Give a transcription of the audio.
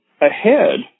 ahead